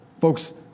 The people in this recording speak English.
Folks